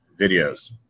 videos